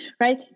right